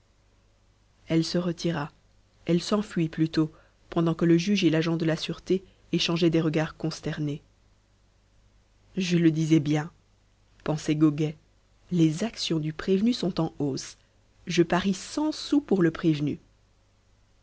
elle se retira elle s'enfuit plutôt pendant que le juge et l'agent de la sûreté échangeaient des regards consternés je le disais bien pensait goguet les actions du prévenu sont en hausse je parie cent sous pour le prévenu